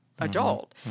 adult